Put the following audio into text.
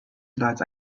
that